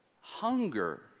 hunger